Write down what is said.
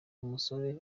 umusore